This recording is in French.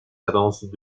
avances